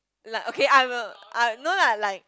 like okay I'm a I no lah like